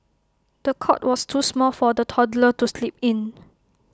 the cot was too small for the toddler to sleep in